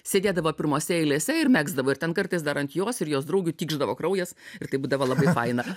sėdėdavo pirmose eilėse ir megzdavo ir ten kartais dar ant jos ir jos draugių tykšdavo kraujas ir tai būdavo labai faina